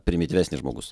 primityvesnis žmogus